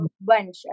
bunch